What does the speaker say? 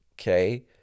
Okay